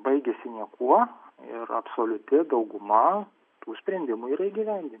baigiasi niekuo ir absoliuti dauguma tų sprendimų yra įgyvendinti